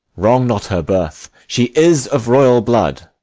wrong not her birth she is of royal blood.